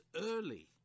early